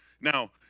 Now